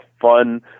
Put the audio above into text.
fun